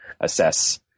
assess